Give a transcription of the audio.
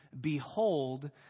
behold